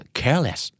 careless